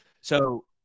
So-